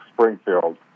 Springfield